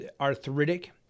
arthritic